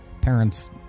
parents